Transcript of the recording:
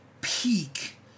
peak